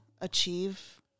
achieve